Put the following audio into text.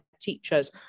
teachers